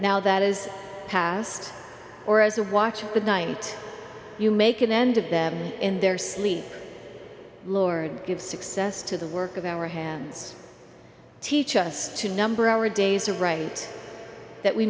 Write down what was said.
now that is past or as a watch of the night you make an end of them in their sleep lord give success to the work of our hands teach us to number our days are right that we